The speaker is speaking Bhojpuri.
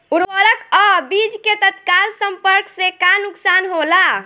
उर्वरक अ बीज के तत्काल संपर्क से का नुकसान होला?